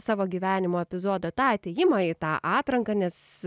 savo gyvenimo epizodą tą atėjimą į tą atranką nes